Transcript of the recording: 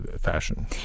fashion